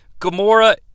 Gamora